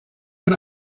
von